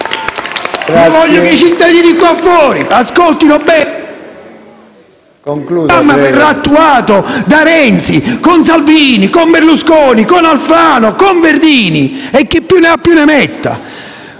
Io voglio che i cittadini qui fuori ascoltino bene. Quale programma verrà attuato da Renzi con Salvini, con Berlusconi, con Alfano, con Verdini (e chi più ne ha più ne metta)?